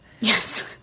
Yes